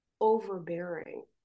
overbearing